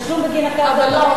רישום בגין הקרקע,